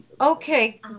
okay